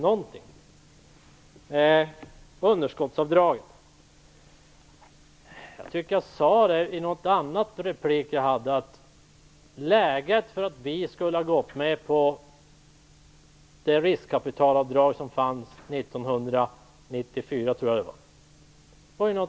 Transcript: Vad gäller underskottsavdragen sade jag i en tidigare replik att vi hade ett helt annat läge när det gällde att acceptera det riskkapitalavdrag som var aktuellt 1993/94.